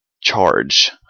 charge